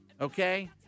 Okay